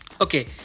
Okay